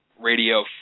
Radio